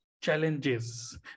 challenges